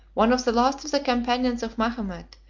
one of the last of the companions of mahomet,